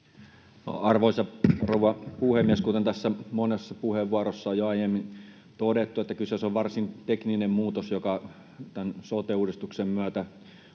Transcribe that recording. rouva puhemies! Kuten monessa puheenvuorossa on jo aiemmin todettu, kyseessä on varsin tekninen muutos, joka tämän sote-uudistuksen myötä